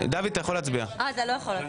שמונה.